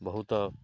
ବହୁତ